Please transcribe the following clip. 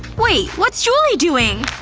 wait, what's julie doing?